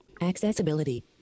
Accessibility